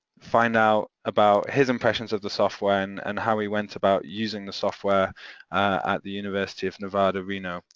find out about his impressions of the software and how we went about using the software at the university of nevada, reno.